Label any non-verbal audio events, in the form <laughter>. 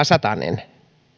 <unintelligible> satanen